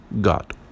God